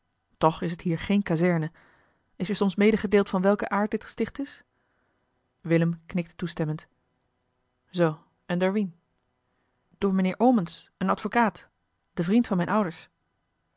toch is het hier geen kazerne is je soms medegedeeld van welken aard dit gesticht is willem knikte toestemmend zoo en door wien door mijnheer omens een advocaat den vriend van mijne ouders